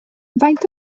faint